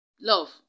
love